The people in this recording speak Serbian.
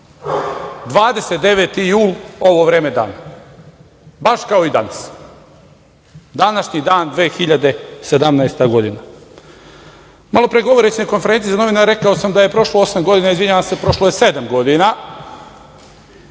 29. jul, ovo vreme dana, baš kao i danas. Današnji dan 2017. godina. Malopre govoreći na konferenciji za novinare rekao sam da je prošlo osam godina, izvinjavam se, prošlo je sedam